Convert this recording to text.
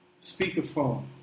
Speakerphone